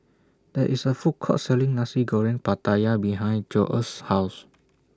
There IS A Food Court Selling Nasi Goreng Pattaya behind Jose's House